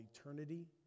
eternity